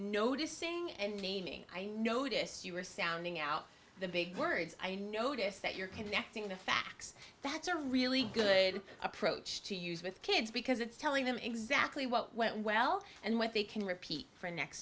noticing and naming i notice you are sounding out the big words i notice that you're connecting the facts that's a really good approach to use with kids because it's telling them exactly what went well and what they can repeat for next